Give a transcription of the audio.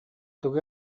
тугу